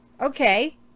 Okay